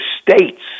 states